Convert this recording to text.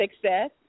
success